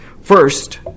First